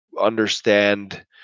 understand